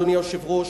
אדוני היושב-ראש,